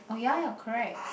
oh ya correct